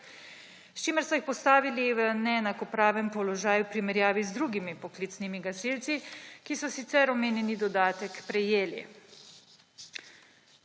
s čimer so jih postavili v neenakopraven položaj v primerjav z drugimi poklicnimi gasilci, ki so sicer omenjeni dodatek prejeli.